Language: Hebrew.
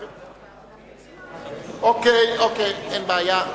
בסדר, אין בעיה.